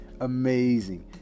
Amazing